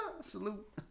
Salute